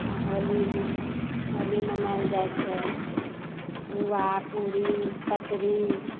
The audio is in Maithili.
आओर होलीमे होली मनायल जाइ छै पूआ पूड़ी कचरी